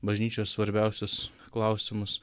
bažnyčios svarbiausius klausimus